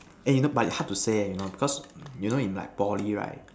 eh you know but hard to say eh cause you know because you know in like Poly right